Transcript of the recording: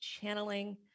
channeling